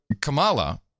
Kamala